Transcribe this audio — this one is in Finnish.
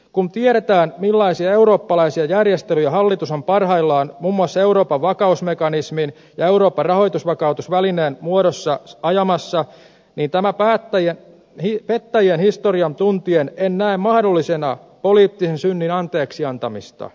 kun tiedetään millaisia eurooppalaisia järjestelyjä hallitus on parhaillaan muun muassa euroopan vakausmekanismin ja euroopan rahoitusvakausvälineen muodossa ajamassa niin tämän pettäjien historian tuntien en näe mahdollisena poliittisen synnin anteeksiantamista